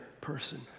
person